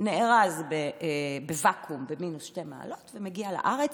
נארז בוואקום במינוס שתי מעלות ומגיע לארץ.